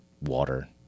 water